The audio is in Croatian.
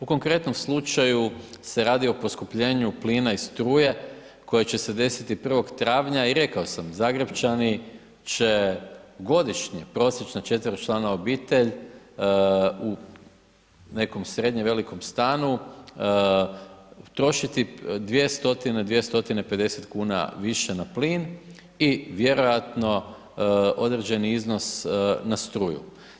U konkretnom slučaju se radi o poskupljenju plina i struje koje će se desiti 1. travnja i rekao sam Zagrepčani će godišnje, prosječno četveročlana obitelj u nekom srednje velikom stanu trošiti 2 stotine, 2 stotine 50 kuna više na plin i vjerojatno određeni iznos na struju.